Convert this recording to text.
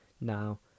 now